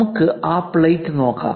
നമുക്ക് ആ പ്ലേറ്റ് നോക്കാം